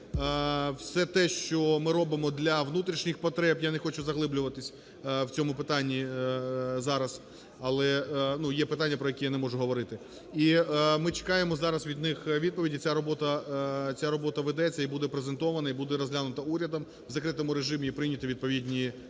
Все те, що ми робимо для внутрішніх потреб, я не хочу заглиблюватись у цьому питанні зараз, але… ну, є питання, про які я не можу говорити. І ми чекаємо зараз від них відповіді, ця робота ведеться і буде презентована, і буде розглянута урядом у закритому режимі і прийняті відповідні рішення.